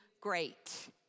great